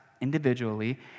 individually